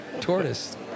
Tortoise